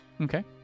okay